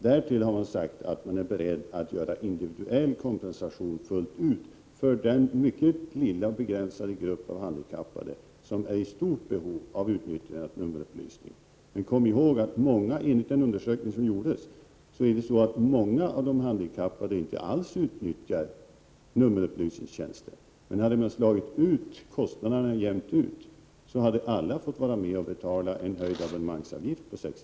Därtill har man sagt att man är beredd att göra en individuell kompensation fullt ut för den lilla, mycket begränsade grupp av handikappade som är i stort behov av att utnyttja nummerupplysningen. Kom ihåg att enligt den undersökning som gjorts är det så att många av de handikappade inte alls utnyttjar nummerupplysningstjänsten. Hade man slagit ut kostnaderna jämnt, så hade alla fått vara med om att betala en 60 kr. högre abonnemangsavgift.